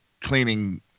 cleaning